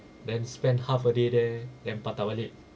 then spend half a day there then patah balik